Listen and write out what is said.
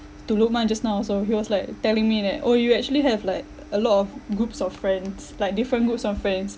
to lukman just now so he was like telling me that oh you actually have like a lot of groups of friends like different groups of friends